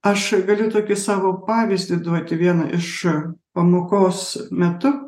aš galiu tokį savo pavyzdį duoti vieną iš pamokos metu